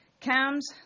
CAMS